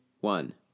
one